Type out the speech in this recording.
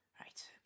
Right